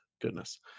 goodness